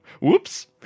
Whoops